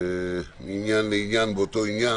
מעניין לעניין באותו עניין,